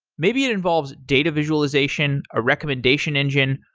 maybe it involves data visualization, a recommendation engine,